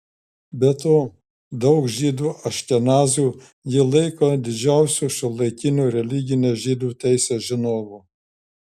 be to daug žydų aškenazių jį laiko didžiausiu šiuolaikiniu religinės žydų teisės žinovu